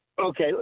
Okay